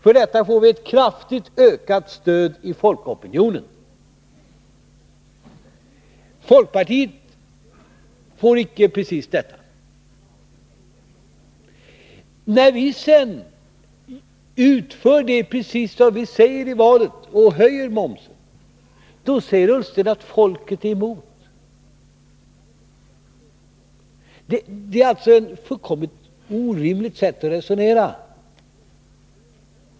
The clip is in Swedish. För detta fick vi ett kraftigt ökat stöd i folkopinionen, vilket ju folkpartiet inte precis fick. När vi sedan utför just det vi har sagt och höjer momsen, säger Ola Ullsten att folket är emot. Det är ett fullkomligt orimligt sätt att resonera.